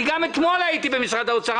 גם אתמול הייתי במשרד האוצר.